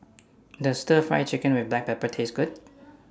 Does Stir Fry Chicken with Black Pepper Taste Good